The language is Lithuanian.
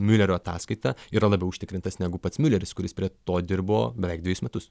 miulerio ataskaitą yra labiau užtikrintas negu pats miuleris kuris prie to dirbo beveik dvejus metus